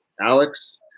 Alex